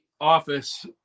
office